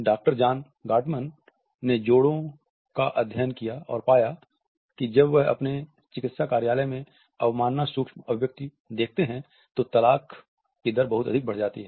doctor John Gottman ने जोड़ों का अध्ययन किया और पाया कि जब वह अपने चिकित्सा कार्यालय में अवमानना सूक्ष्म अभिव्यक्ति देखते हैं तो तलाक की दर बहुत अधिक बढ़ जाती है